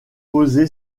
posé